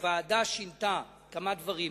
הוועדה שינתה כמה דברים.